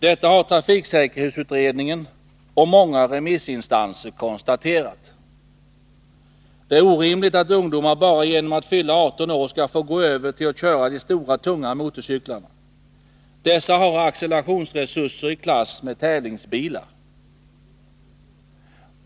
Detta har trafiksäkerhetsutredningen och många remissinstanser konstaterat. Det är orimligt att ungdomar bara genom att fylla 18 år skall få gå över till att köra stora, tunga motorcyklar. Dessa har accelerationsresurser i klass med tävlingsbilar.